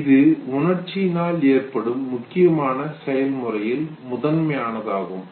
இது உணர்ச்சியினால் ஏற்படும் முக்கியமான செயல்முறையில் முதன்மையானதாகும்